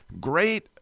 great